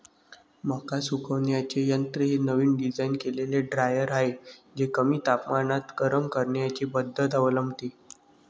मका सुकवण्याचे यंत्र हे नवीन डिझाइन केलेले ड्रायर आहे जे कमी तापमानात गरम करण्याची पद्धत अवलंबते